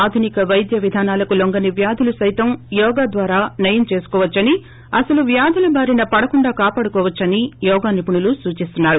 ఆధునిక వైద్య విధానాలకు లోంగని వ్యాధులు సైతం యోగా ద్యారా నయం చేసుకోవచ్చని అసలు వ్యాధుల బారిన పడకుండా కాపాడుకోవచ్చని యోగా నిపుణులు సూచిస్తున్నారు